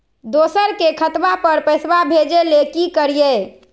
दोसर के खतवा पर पैसवा भेजे ले कि करिए?